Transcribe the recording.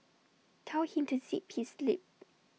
tell him to zip his lip